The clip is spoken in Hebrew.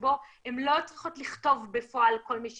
שבו הן לא צריכות לכתוב בפועל כל מי שנכנס.